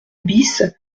bis